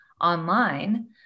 online